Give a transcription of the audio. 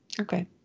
Okay